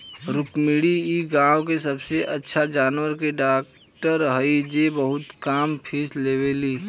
रुक्मिणी इ गाँव के सबसे अच्छा जानवर के डॉक्टर हई जे बहुत कम फीस लेवेली